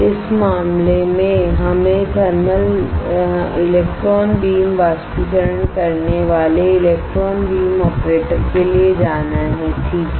इस मामले में हमें इलेक्ट्रॉन बीम बाष्पीकरण करने वाले इलेक्ट्रॉन बीम ऑपरेटर के लिए जाना हैठीक है